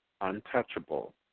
untouchable